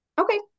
Okay